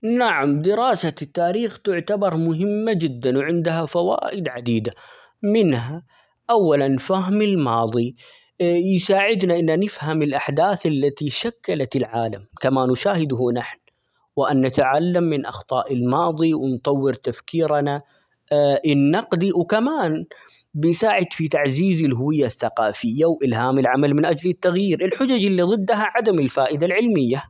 نعم دراسة التاريخ تعتبر مهمة جدًا وعندها فوائد عديدة منها أولًا فهم الماضي يساعدنا إن نفهم الأحداث التي شكلت العالم كما نشاهده نحن وأن نتعلم من أخطاء الماضي ونطور تفكيرنا النقدي، وكمان بيساعد في تعزيز الهوية الثقافية ،وإلهام العمل من أجل التغيير، الحجج اللي ضده عدم الفائدة العلمية.